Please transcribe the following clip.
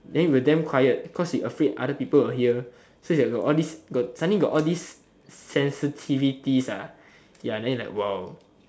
then we were damn quiet cause we afraid other people will hear so that we'll all these got suddenly got all these sensitivities ah ya then it like !wow!